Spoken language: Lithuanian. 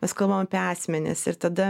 mes kalbam apie asmenis ir tada